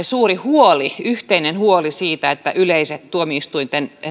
suuri yhteinen huoli siitä että yleisten tuomioistuinten